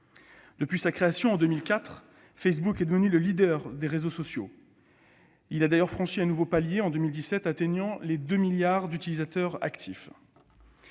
Depuis sa création en 2004, Facebook est devenu le leader des réseaux sociaux. Il a d'ailleurs franchi un nouveau palier en 2017, avec 2 milliards d'utilisateurs actifs.